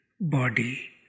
body